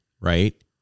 right